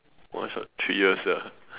one shot three years sia